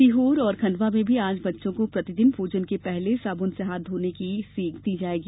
सीहोर और खंडवा में भी आज बच्चों को प्रतिदिन भोजन के पहले साबुन से हाथ धोने की सीख दी जायेगी